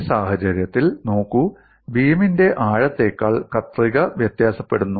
ഈ സാഹചര്യത്തിൽ നോക്കൂ ബീമിന്റെ ആഴത്തെക്കാൾ കത്രിക വ്യത്യാസപ്പെടുന്നു